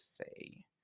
say